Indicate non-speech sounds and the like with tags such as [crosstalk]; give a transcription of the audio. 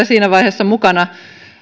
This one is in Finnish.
[unintelligible] siinä vaiheessa mukana